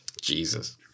Jesus